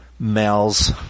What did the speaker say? Males